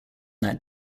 that